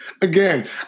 Again